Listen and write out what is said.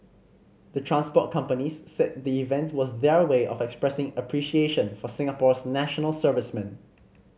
the transport companies said the event was their way of expressing appreciation for Singapore's national servicemen